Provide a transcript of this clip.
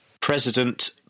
President